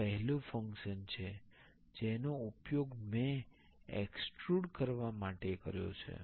આ પહેલું ફંક્શન છે જેનો ઉપયોગ મે એક્સ્ટ્રૂડ કરવા માટે કર્યો છે